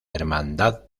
hermandad